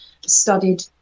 studied